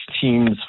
teams